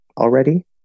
Already